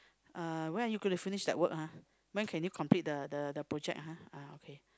uh when are you going to finish that work ha when can you complete the the project ha ah okay